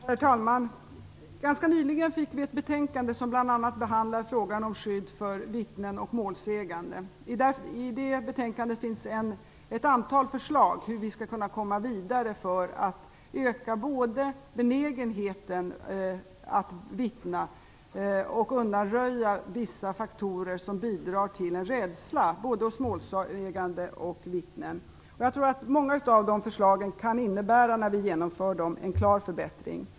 Herr talman! Vi fick ganska nyligen ett betänkande som bl.a. behandlar frågan om skydd för vittnen och målsägande. I det betänkandet framförs ett antal förslag till hur vi skall kunna komma vidare både för att öka benägenheten att vittna och för att undanröja vissa faktorer som bidrar till en rädsla hos målsägande och vittnen. Jag tror att många av de förslagen kan innebära en klar förbättring när de genomförs.